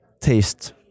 taste